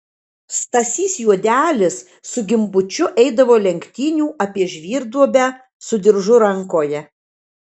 stasys juodelis su gimbučiu eidavo lenktynių apie žvyrduobę su diržu rankoje